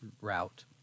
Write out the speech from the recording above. route